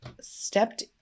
stepped